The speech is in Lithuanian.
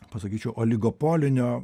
pasakyčiau oligopolinio